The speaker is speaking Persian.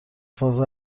فاز